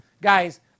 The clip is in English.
Guys